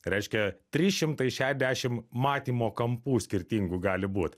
reiškia trys šimtai šešdešim matymo kampų skirtingų gali būt